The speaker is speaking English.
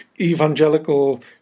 evangelical